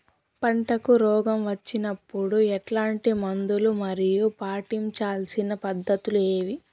పంటకు రోగం వచ్చినప్పుడు ఎట్లాంటి మందులు మరియు పాటించాల్సిన పద్ధతులు ఏవి?